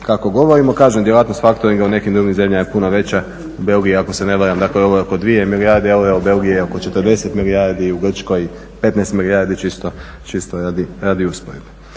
kako govorimo. Kažem djelatnost faktoringa u nekim drugim zemljama je puno veća. U Belgiji ako se ne varam, dakle ovo je oko 2 milijarde eura, u Belgiji je oko 40 milijardi, u Grčkoj 15 milijardi čisto radi usporedbe.